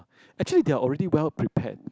actually they are already well prepared